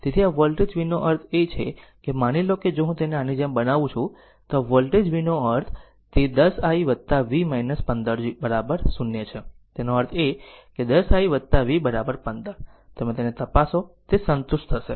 તેથી આ voltage v નો અર્થ છે માની લો કે જો હું તેને આની જેમ બનાવું છું તો આ વોલ્ટેજ વીનો અર્થ તે 10 i v 15 0 છે તેનો અર્થ 10 i v 15 તમે તેને તપાસો તે સંતુષ્ટ થશે